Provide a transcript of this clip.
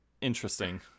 interesting